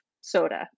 soda